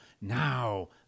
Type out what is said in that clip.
now